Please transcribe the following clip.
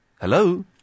Hello